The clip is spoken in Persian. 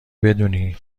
بدونی